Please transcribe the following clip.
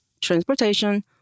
transportation